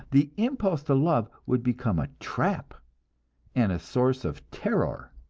the impulse to love would become a trap and a source of terror.